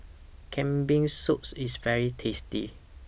Kambing Soups IS very tasty